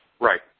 right